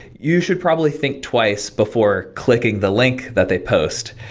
you should probably think twice before clicking the link that they post,